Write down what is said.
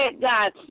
God